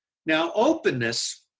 now, openness